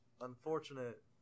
unfortunate